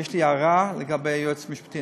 יש לי הערה לגבי היועץ המשפטי,